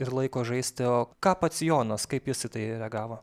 ir laiko žaisti o ką pats jonas kaip jis į tai reagavo